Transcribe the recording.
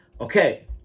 Okay